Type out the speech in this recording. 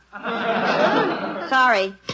Sorry